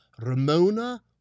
Ramona